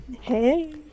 Hey